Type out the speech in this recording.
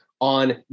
on